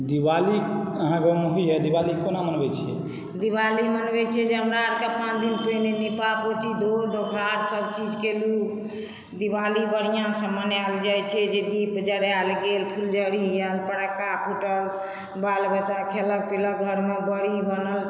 दिवाली अहाँ गाँवमे होइए दिवाली कोना मनबैत छियै दिवाली मनबैत छियै जे हमरा आरके पाँच दिन पहिने निपा पोती धोउ धोकए सभचीज केलहुँ दिवाली बढ़िआँसँ मनायल जाइत छै दीप जड़ायल गेल फुलझड़ी आयल फटक्का फूटल बाल बच्चा खेलक पीलक घरमे बड़ी बनल